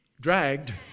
Dragged